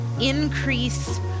increase